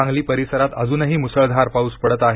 सांगली परिसरात अजूनही मुसळधार पाऊस पडत आहे